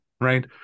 right